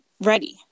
ready